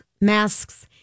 masks